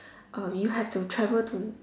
uh you have to travel to